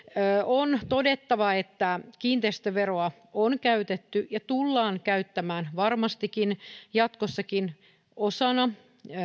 on todettava että kiinteistöveroa on käytetty ja tullaan käyttämään varmasti jatkossakin osana